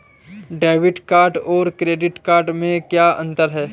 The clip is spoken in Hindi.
डेबिट कार्ड और क्रेडिट कार्ड में क्या अंतर है?